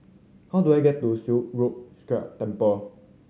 how do I get to Silat Road Sikh Temple